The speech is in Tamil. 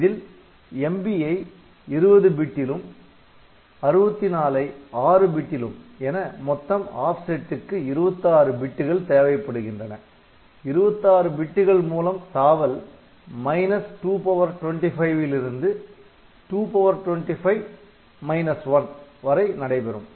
இதில் MB ஐ 20 பிட்டிலும் 64 ஐ 6 பிட்டிலும் என மொத்தம் ஆப் செட்டுக்கு 26 பிட்டுகள் தேவைப்படுகின்றன 26 பிட்டுகள் மூலம் தாவல் 225 லிருந்து 225 1 வரை நடைபெறும்